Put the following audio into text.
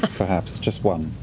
perhaps. just one.